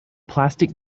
plastic